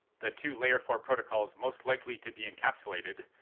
the two layer four protocols most likely to be encapsulated,